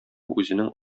үзенең